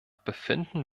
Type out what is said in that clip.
befinden